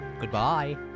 goodbye